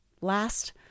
last